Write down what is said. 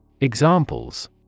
Examples